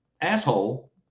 Asshole